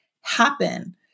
happen